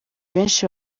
benshi